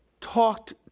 talked